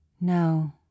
No